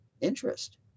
interest